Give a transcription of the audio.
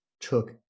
took